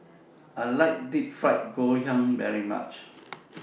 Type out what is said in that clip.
I like Deep Fried Ngoh Hiang very much